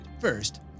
First